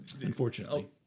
Unfortunately